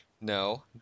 No